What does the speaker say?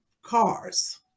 cars